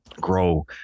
grow